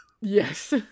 yes